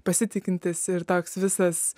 pasitikintis ir toks visas